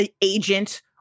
agent